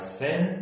thin